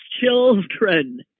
children